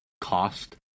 cost